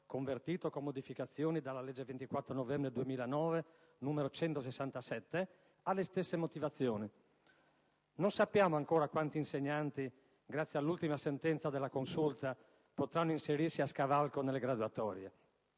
convertito con modificazioni dalla legge 24 novembre 2009, n. 167», ha le stesse motivazioni. Non sappiamo ancora quanti insegnanti grazie all'ultima sentenza della Consulta, potranno inserirsi "a scavalco" nelle graduatorie.